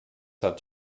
hat